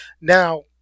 Now